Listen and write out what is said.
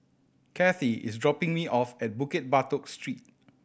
Cathy is dropping me off at Bukit Batok Street